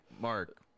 Mark